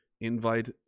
Invite